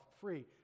free